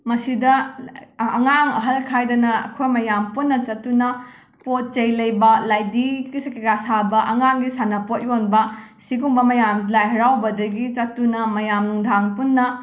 ꯃꯁꯤꯗ ꯑꯉꯥꯡ ꯑꯍꯜ ꯈꯥꯏꯗꯅ ꯑꯩꯈꯣꯏ ꯃꯌꯥꯝ ꯄꯨꯟꯅ ꯆꯠꯇꯨꯅ ꯄꯣꯠ ꯆꯩ ꯂꯩꯕ ꯂꯥꯏꯗꯤ ꯀꯩ ꯀꯥ ꯁꯥꯕ ꯑꯉꯥꯡꯒꯤ ꯁꯥꯟꯅꯥꯄꯣꯠ ꯌꯣꯟꯕ ꯁꯤꯒꯨꯝꯕ ꯃꯌꯥꯝ ꯂꯥꯏ ꯍꯔꯥꯎꯕꯗꯒꯤ ꯆꯠꯇꯨꯅ ꯃꯌꯥꯝ ꯅꯨꯡꯗꯥꯡꯗ ꯄꯨꯟꯅ